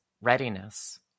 readiness